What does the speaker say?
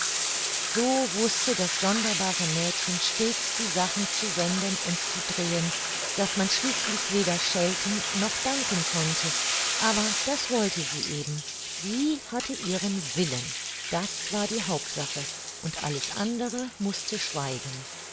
so wußte das sonderbare mädchen stets die sachen zu wenden und zu drehen daß man schließlich weder schelten noch danken konnte aber das wollte sie eben sie hatte ihren willen das war die hauptsache und alles andere mußte schweigen